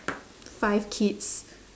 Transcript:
five kids